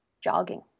jogging